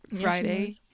friday